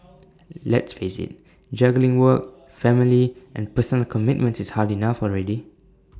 let's face IT juggling work family and personal commitments is hard enough already